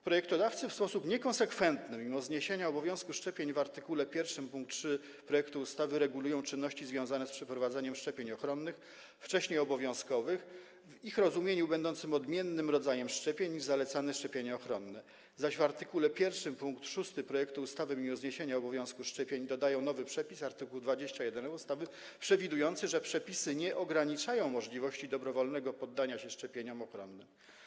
Projektodawcy w sposób niekonsekwentny, mimo zniesienia obowiązku szczepień w art. 1 pkt 3 projektu ustawy, regulują czynności związane z przeprowadzaniem szczepień ochronnych wcześniej obowiązkowych, w ich rozumieniu będących odmiennym rodzajem szczepień niż zalecane szczepienia ochronne, zaś w art. 1 pkt 6 projektu ustawy mimo zniesienia obowiązku szczepień dodają nowy przepis, art. 21a ustawy, przewidujący, że przepisy nie ograniczają możliwości dobrowolnego poddania się szczepieniom ochronnym.